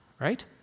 right